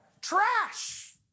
Trash